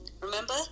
Remember